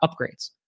upgrades